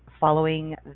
following